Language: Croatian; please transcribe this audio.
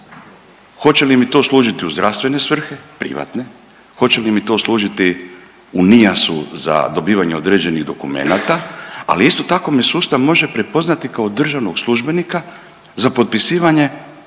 hoće li mi to služiti u zdravstvene svrhe, privatne, hoće li mi to služiti u NIAS-u za dobivanje određenih dokumenata, ali isto tako me sustav može prepoznati kao državnog službenika za potpisivanje